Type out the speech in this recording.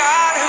God